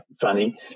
funny